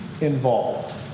involved